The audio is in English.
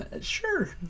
Sure